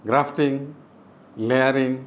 grafting layering